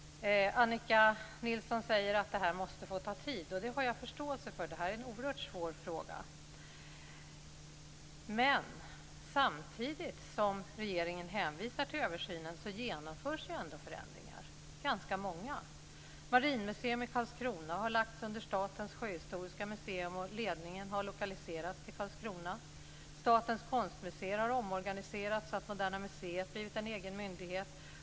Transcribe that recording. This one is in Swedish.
Annika Nilsson säger att det här måste få ta tid. Det har jag förståelse för. Det här är en oerhört svår fråga. Men samtidigt som regeringen hänvisar till översynen genomförs ändå förändringar - ganska många. Marinmuseum i Karlskrona har lagts under Statens sjöhistoriska museum, och ledningen har lokaliserats till Karlskrona. Statens konstmuseer har omorganiserats så att Moderna museet blivit en egen myndighet.